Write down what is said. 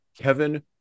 Kevin